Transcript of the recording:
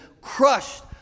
crushed